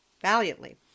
valiantly